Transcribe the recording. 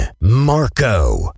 Marco